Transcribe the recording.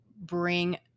bring